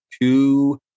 two